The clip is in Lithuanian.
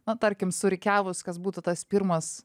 na tarkim surikiavus kas būtų tas pirmas